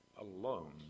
alone